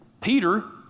Peter